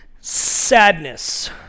sadness